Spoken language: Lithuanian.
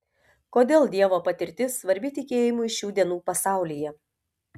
kodėl dievo patirtis svarbi tikėjimui šių dienų pasaulyje